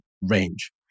range